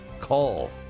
call